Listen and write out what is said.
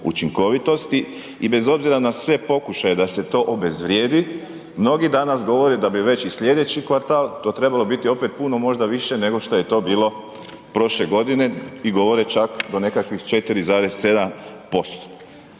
učinkovitosti i bez obzira na sve pokušaje da se to obezvrijedi, mnogi danas govore da bi već i slijedeći kvartal to trebalo biti opet puno više nego što je to bilo prošle godine i govore čak do nekakvih 4,7%.